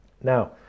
Now